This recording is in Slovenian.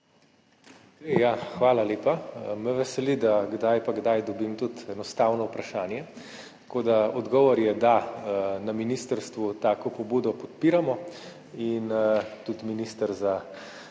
Hvala lepa. Veseli me, da kdaj pa kdaj dobim tudi enostavno vprašanje. Odgovor je da. Na ministrstvu tako pobudo podpiramo. Tudi minister za